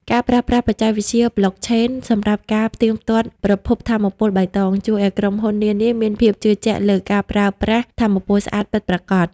ការប្រើប្រាស់បច្ចេកវិទ្យាប្លុកឆេន សម្រាប់ការផ្ទៀងផ្ទាត់ប្រភពថាមពលបៃតង ជួយឱ្យក្រុមហ៊ុននានាមានភាពជឿជាក់លើការប្រើប្រាស់ថាមពលស្អាតពិតប្រាកដ។